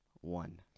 one